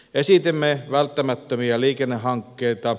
esitimme välttämättömiä liikennehankkeita